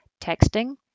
Texting